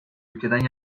ülkeden